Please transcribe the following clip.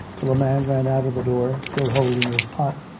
till a man ran out of the door, still holding his pot,